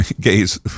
gays